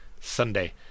Sunday